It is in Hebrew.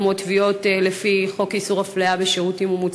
כמו תביעות לפי חוק איסור הפליה במוצרים,